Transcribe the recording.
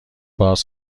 باز